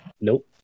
Nope